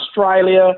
Australia